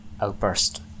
outburst